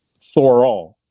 Thorall